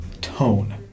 tone